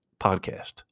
podcast